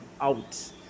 out